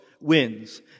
wins